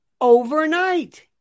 Overnight